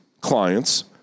clients